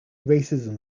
racism